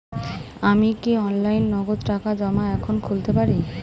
আমি কি অনলাইনে নগদ টাকা জমা এখন খুলতে পারি?